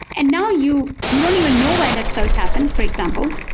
and now you you don't even know why that surge happened, for example.